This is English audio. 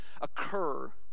occur